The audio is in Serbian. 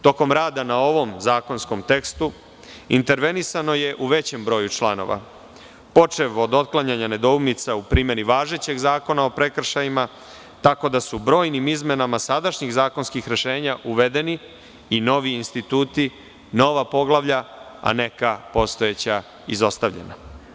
Tokom rada na ovom zakonskom tekstu, intervenisano je u većem broju članova, počev od otklanjanja nedoumica u primeni važećeg Zakona o prekršajima, tako da su brojnim izmenama sadašnjih zakonskih rešenja uvedeni i novi instituti, nova poglavlja, a neka postojeća izostavljena.